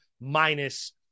minus